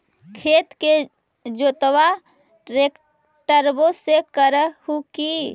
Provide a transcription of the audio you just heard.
खेत के जोतबा ट्रकटर्बे से कर हू की?